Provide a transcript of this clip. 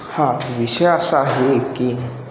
हां विषय असा आहे की